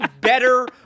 better